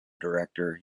director